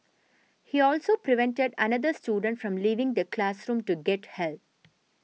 he also prevented another student from leaving the classroom to get help